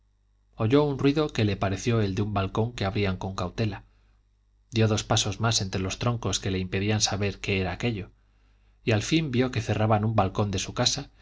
oyó un ruido que le pareció el de un balcón que abrían con cautela dio dos pasos más entre los troncos que le impedían saber qué era aquello y al fin vio que cerraban un balcón de su casa